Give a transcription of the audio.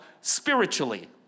spiritually